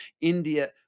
India